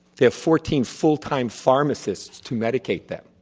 there are fourteen full time pharmacists to medicate them,